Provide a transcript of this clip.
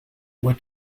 were